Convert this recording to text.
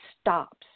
stops